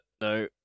no